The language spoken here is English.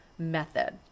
method